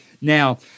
Now